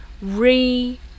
re